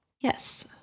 Yes